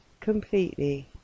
completely